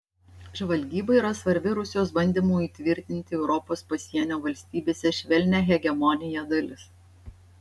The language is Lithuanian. žvalgyba yra svarbi rusijos bandymų įtvirtinti europos pasienio valstybėse švelnią hegemoniją dalis